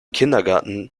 kindergarten